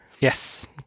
Yes